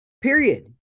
period